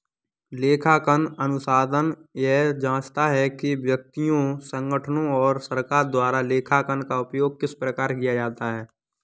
लेखांकन अनुसंधान यह जाँचता है कि व्यक्तियों संगठनों और सरकार द्वारा लेखांकन का उपयोग किस प्रकार किया जाता है